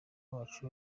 wacu